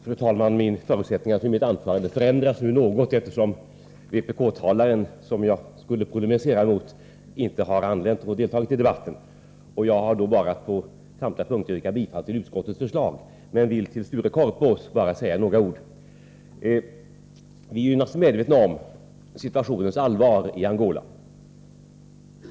Fru talman! Förutsättningarna för mitt anförande förändras något, eftersom den vpk-talare som jag skulle polemisera mot inte har anlänt och deltagit i debatten. Jag har då bara att på samtliga punkter yrka bifall till utskottets förslag. Jag vill dock till Sture Korpås säga några ord. Vi är naturligtvis medvetna om situationens allvar i Angola.